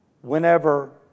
whenever